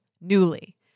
Newly